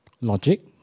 logic